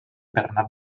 bernat